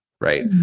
Right